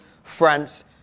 France